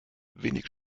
wenig